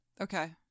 Okay